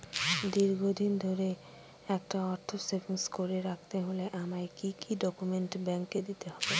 দীর্ঘদিন ধরে একটা অর্থ সেভিংস করে রাখতে হলে আমায় কি কি ডক্যুমেন্ট ব্যাংকে দিতে হবে?